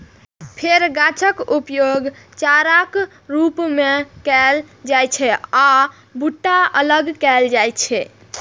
फेर गाछक उपयोग चाराक रूप मे कैल जाइ छै आ भुट्टा अलग कैल जाइ छै